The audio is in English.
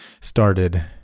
started